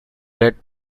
led